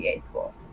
school